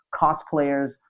cosplayers